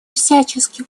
всяческих